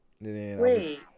wait